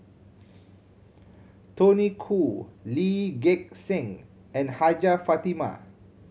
Tony Khoo Lee Gek Seng and Hajjah Fatimah